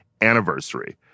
anniversary